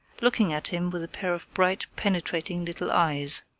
looking at him with a pair of bright, penetrating little eyes.